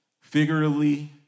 figuratively